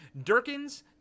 Durkins